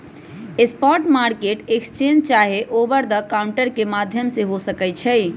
spot market exchange चाहे over the counter के माध्यम से हो सकइ छइ